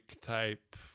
type